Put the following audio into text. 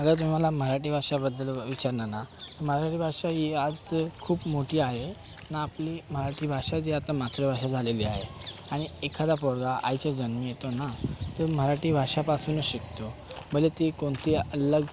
अगर तुम्ही मला मराठी भाषाबद्दल विचारणार ना मराठी भाषा ही आज खूप मोठी आहे ना आपली मराठी भाषा जी आता मातृभाषा झालेली आहे आणि एखादा पोरगा आईच्या जन्मी येतो ना तर मराठी भाषापासूनच शिकतो भले ती कोणती अल्लग